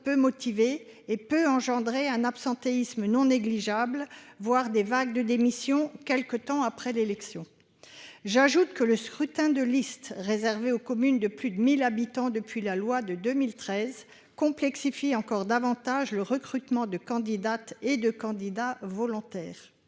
peu motivées. En résultent parfois un absentéisme non négligeable, voire des vagues de démissions quelque temps après l'élection. Le scrutin de liste, réservé aux communes de plus 1 000 habitants depuis la loi de 2013, complexifie encore davantage le recrutement de candidates et de candidats volontaires.